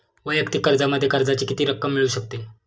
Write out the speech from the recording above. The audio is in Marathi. वैयक्तिक कर्जामध्ये कर्जाची किती रक्कम मिळू शकते?